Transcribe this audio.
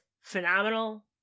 phenomenal